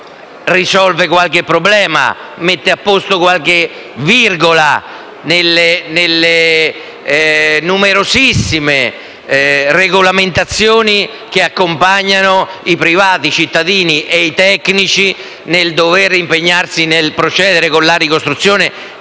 risolve qualche problema, mette a posto qualche virgola nelle numerosissime regolamentazioni che accompagnano i privati cittadini e i tecnici impegnati nel processo della ricostruzione,